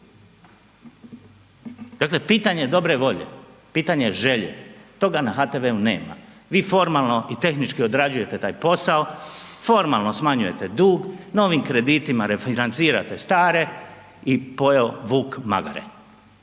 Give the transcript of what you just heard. Dakle pitanje dobre volje, pitanje želje, toga na HTV-u nema. Vi formalno i tehnički odrađujete taj posao, formalno smanjujete dug, novim kreditima refinancirate stare i pojeo vuk magare.